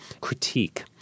critique